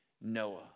Noah